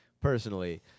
Personally